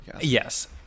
Yes